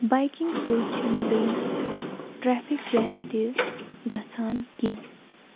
biking سۭتۍ چھُنہٕ بیٚیہِ ٹرٛٮ۪فِک جیم تہِ گژھان کیٚنٛہہ